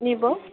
নিব